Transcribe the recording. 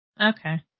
Okay